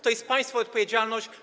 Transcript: To jest państwa odpowiedzialność.